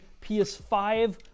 PS5